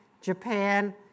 Japan